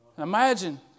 Imagine